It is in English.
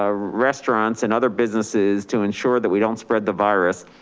ah restaurants and other businesses to ensure that we don't spread the virus,